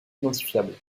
identifiables